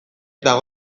dago